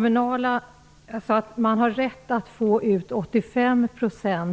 Man har rätt att få ut 85